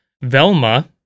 Velma